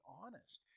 honest